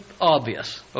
obvious